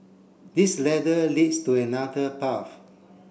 this ladder leads to another path